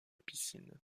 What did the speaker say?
piscine